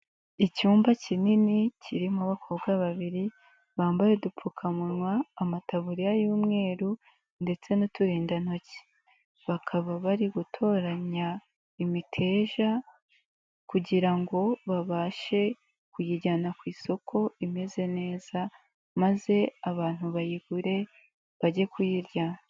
Icyumba kinini kirimo abakobwa babiri bambaye udupfukamunwa, amataburiya y'umweru, ndetse n'uturindantoki bakaba bari gutoranya imiteja kugira ngo babashe kuyijyana ku isoko imeze neza maze abantu bayigure bajye kuyirya.